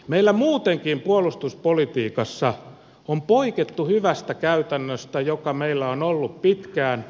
meillä muutenkin puolustuspolitiikassa on poikettu hyvästä käytännöstä joka meillä on ollut pitkään